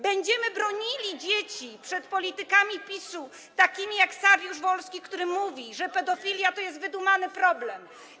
Będziemy bronili dzieci przed politykami PiS-u, takimi jak Saryusz-Wolski, który mówi, że pedofilia to jest wydumany problem.